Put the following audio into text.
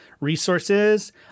resources